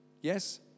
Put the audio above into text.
Yes